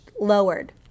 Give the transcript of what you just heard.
lowered